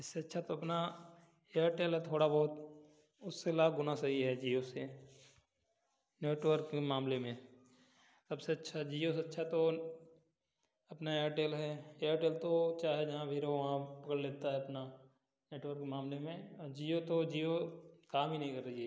इससे अच्छा तो अपना एयरटेल है थोड़ा बहुत उससे लाख गुना सही है जियाे से नेटवर्क के मामले में सबसे अच्छा जियो से अच्छा तो अपना एयरटेल है एयरटेल तो चाहे जहाँ भी रहो वहाँ पकड़ लेता है अपना नेटवर्क के मामले में जियो तो जियो काम ही नहीं कर रही है